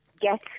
get